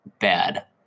bad